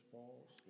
Falls